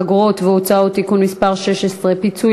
אגרות והוצאות (תיקון מס' 16) (פיצוי